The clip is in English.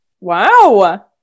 Wow